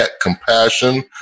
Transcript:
compassion